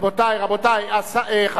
חבר הכנסת דנון.